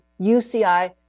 UCI